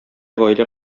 гаилә